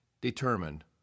determined